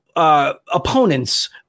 Opponents